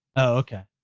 okay.